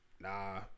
nah